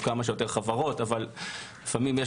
את הצורך בהתמודדות של כמה שיותר חברות אבל לפעמים יש